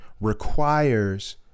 requires